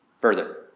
further